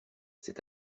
c’est